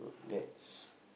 next